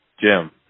Jim